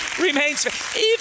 remains